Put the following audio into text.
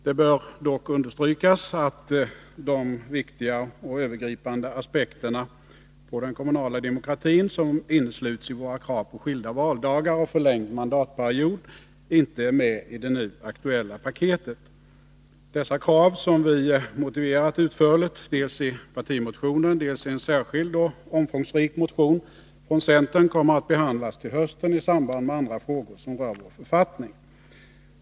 Det bör dock understrykas att de viktiga och övergripande aspekter på den kommunala demokratin som innesluts i våra krav på skilda valdagar och förlängd mandatperiod inte är medi det nu aktuella paketet. Dessa krav, som vi motiverat utförligt dels i partimotionen, dels i en särskild och omfångsrik motion från centern, kommer att behandlas till hösten i samband med andra frågor som rör vår författning.